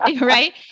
right